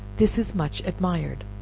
this is much admired.